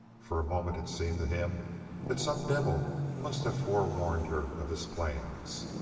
for a moment it seemed to him that some devil must have forewarned her of his plans.